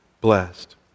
blessed